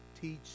teach